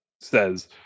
says